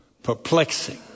perplexing